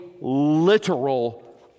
literal